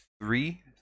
three